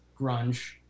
grunge